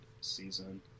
season